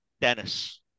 Dennis